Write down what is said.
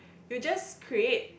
you just create